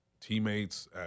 teammates